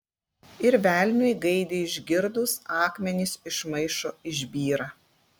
ir velniui gaidį išgirdus akmenys iš maišo išbyra